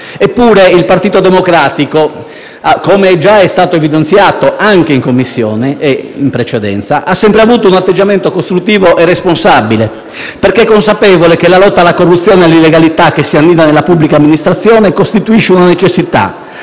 Eppure il Partito Democratico, come già è stato evidenziato anche in Commissione e in precedenza, ha sempre avuto un atteggiamento costruttivo e responsabile perché è consapevole che la lotta alla corruzione e all'illegalità che si annida nella pubblica amministrazione costituisce una necessità,